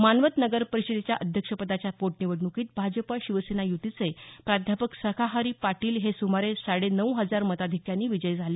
मानवत नगरपरिषदेच्या अध्यक्षपदाच्या पोटनिवडण्कीत भाजपा शिवसेना युतीचे प्राध्यापक सखाहरी पाटील हे सुमारे साडे नऊ हजार मताधिक्यांनी विजयी झाले